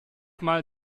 mal